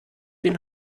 den